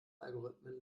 algorithmen